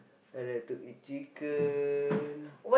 I like to eat chicken